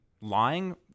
lying